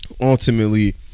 ultimately